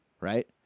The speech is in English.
Right